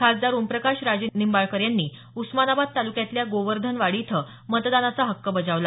खासदार ओमप्रकाश राजे निंबाळकर यांनी उस्मानाबाद तालुक्यातल्या गोवर्धनवाडी इथं मतदानाचा हक्क बजावला